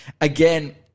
again